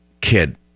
kid